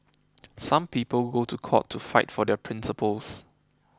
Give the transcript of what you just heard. some people go to court to fight for their principles